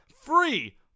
free